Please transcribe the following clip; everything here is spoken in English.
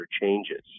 changes